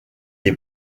des